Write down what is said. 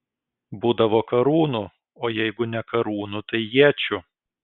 būdavo karūnų o jeigu ne karūnų tai iečių